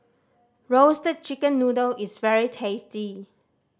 Roasted Chicken Noodle is very tasty